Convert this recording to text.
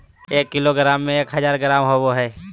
एक किलोग्राम में एक हजार ग्राम होबो हइ